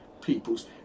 peoples